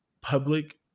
public